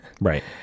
Right